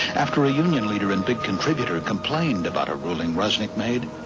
after a union leader and big contributor complained about a ruling resnick made,